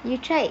you tried